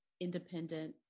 independent